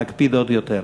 נקפיד עוד יותר.